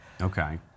Okay